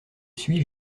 suis